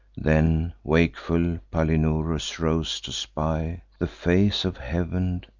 then wakeful palinurus rose, to spy the face of heav'n,